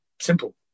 Simple